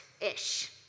ish